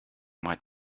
might